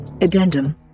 Addendum